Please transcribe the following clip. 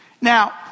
Now